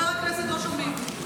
חבר הכנסת, לא שומעים.